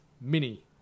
Mini